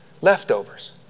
Leftovers